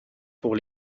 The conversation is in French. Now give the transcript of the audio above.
pour